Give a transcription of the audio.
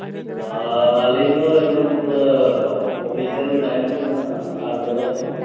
ᱟᱹᱞᱤᱧ ᱫᱚ ᱮᱠᱫᱚᱢ ᱯᱩᱨᱟᱹ ᱚᱯᱷᱤᱥᱤᱭᱟᱞ ᱴᱟᱭᱤᱢ ᱫᱚ ᱢᱮᱱᱟᱜᱼᱟ ᱟᱴ ᱵᱟᱡᱮ ᱠᱷᱚᱱ